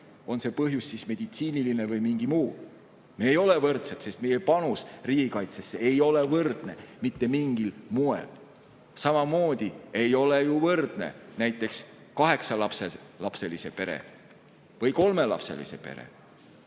on see põhjus meditsiiniline või mingi muu. Me ei ole võrdsed, sest meie panus riigikaitsesse ei ole võrdne mitte mingil moel. Samamoodi ei ole ju võrdne näiteks kaheksalapselise pere, kolmelapselise pere,